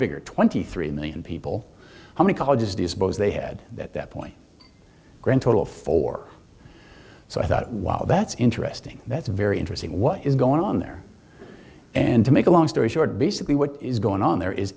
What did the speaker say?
bigger twenty three million people how many colleges these boys they had at that point grand total for so i thought wow that's interesting that's very interesting what is going on there and to make a long story short basically what is going on there is